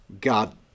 God